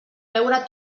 veure